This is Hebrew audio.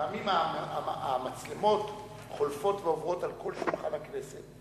פעמים המצלמות חולפות ועוברות על כל שולחן הכנסת.